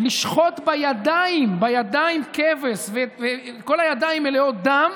לשחוט בידיים, בידיים, כבש, וכל הידיים מלאות דם,